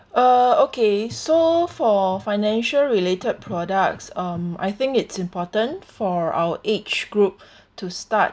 uh okay so for financial related products um I think it's important for our age group to start